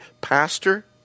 pastor